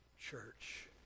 church